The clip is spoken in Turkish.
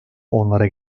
onlara